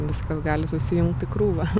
viskas gali susijungti į krūvą